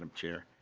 um chair.